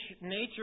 nature